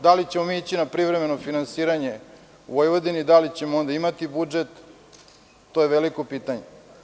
Da li ćemo mi ići na privremeno finansiranje u Vojvodini i da li ćemo onda imati budžet, to je veliko pitanje.